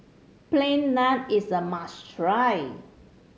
Plain Naan is a must try